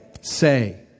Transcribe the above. say